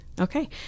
Okay